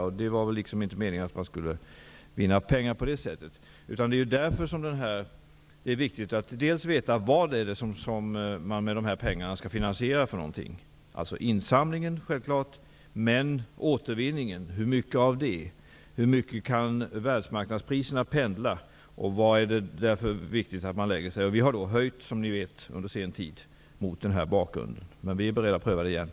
Och det var inte meningen att man skulle vinna pengar på det sättet. Därför är det viktigt att veta vad man skall finansiera med de här pengarna. Självfallet gäller det insamlingen, men hur mycket av återvinningen skall finansieras på det sättet? Hur mycket kan världsmarknadspriserna pendla? På vilken nivå är det därför viktigt att man placerar sig? Vi har mot denna bakgrund, som ni vet, under sen tid höjt nivån. Men vi är beredda att pröva detta igen.